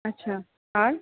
আচ্ছা আর